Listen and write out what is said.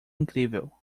incrível